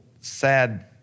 sad